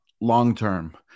long-term